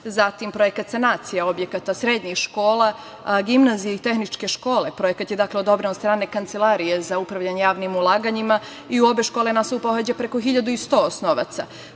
projekat sanacije objekata srednjih škola, gimnazije i tehničke škole. Projekat je odobren od strane Kancelarije za upravljanje javnim ulaganjima i u obe škole nastavu pohađa preko 1.100 osnovaca.